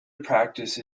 practice